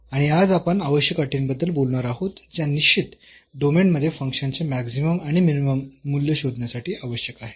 आणि आज आपण आवश्यक अटींबद्दल बोलणार आहोत ज्या निश्चित डोमेन मध्ये फंक्शनचे मॅक्सिमम आणि मिनीमम मूल्य शोधण्यासाठी आवश्यक आहेत